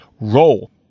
roll